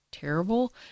terrible